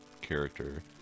character